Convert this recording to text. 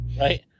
right